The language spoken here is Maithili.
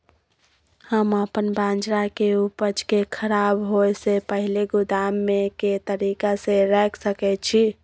हम अपन बाजरा के उपज के खराब होय से पहिले गोदाम में के तरीका से रैख सके छी?